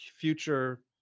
future